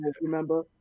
remember